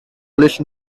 polish